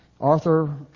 Arthur